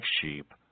sheep